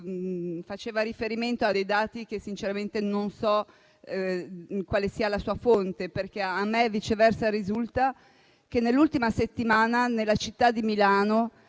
fatto riferimento a dei dati, ma sinceramente non so quale sia la sua fonte. A me, viceversa, risulta che nell'ultima settimana nella città di Milano